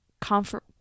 comfort